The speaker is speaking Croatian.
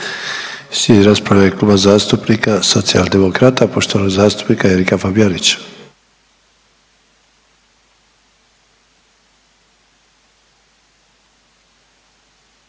Slijedi rasprava u ime Kluba zastupnika Socijaldemokrata poštovanog zastupnika Erika Fabijanića.